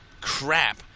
crap